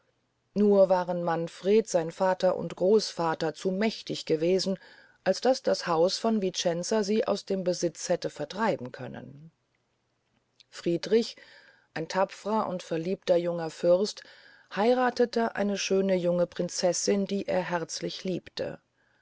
nur waren manfred sein vater und großvater zu mächtig gewesen als daß das haus von vicenza sie aus dem besitz hätte vertreiben können friedrich ein tapfrer und verliebter junger fürst heirathete eine schöne junge prinzessin die er herzlich liebte